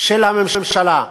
של הממשלה,